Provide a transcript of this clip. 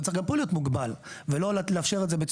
אז צריך גם פה להיות מוגבל ולא לאפשר את זה.